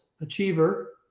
Achiever